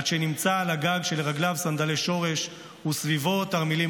עד שנמצא על הגג כשלרגליו סנדלי שורש וסביבו תרמילים